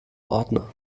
ordner